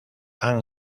han